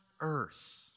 earth